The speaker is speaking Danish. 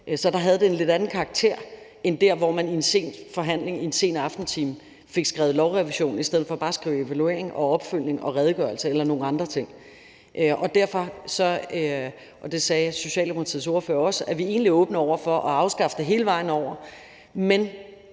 Så der havde det en lidt anden karakter end der, hvor man i en forhandling i en sen aftentime fik skrevet lovrevision i stedet for bare at skrive evaluering og opfølgning og redegørelse eller nogle andre ting. Derfor – og det sagde Socialdemokratiets ordfører også – er vi egentlig åbne over for at afskaffe det hele vejen rundt, men